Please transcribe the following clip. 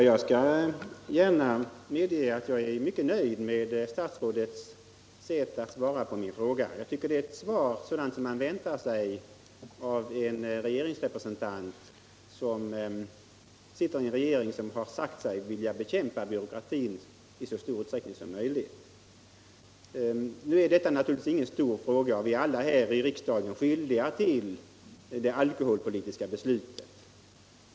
Herr talman! Jag medger gärna att jag är mycket nöjd med statsrådets svar på min fråga. Det är ett svar sådant som man väntar sig av representanten för en regering som har sagt sig vilja bekämpa byråkratin i så stor utsträckning som möjligt. Detta är naturligtvis ingen stor fråga, och vi är alla här i riksdagen skyldiga till det alkoholpolitiska beslutet.